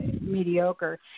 mediocre